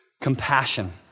Compassion